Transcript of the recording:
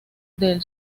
del